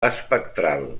espectral